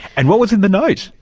and what was in the note?